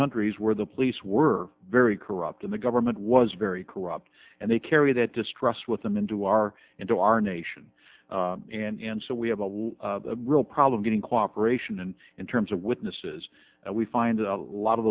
countries where the police were very corrupt and the government was very corrupt and they carry that distrust with them into our into our nation and so we have a long real problem getting cooperation and in terms of witnesses we find a lot of